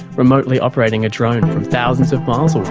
remotely operating a drone from thousands of miles